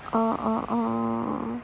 oh oh oh